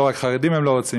לא רק חרדים הם לא רוצים,